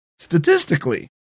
statistically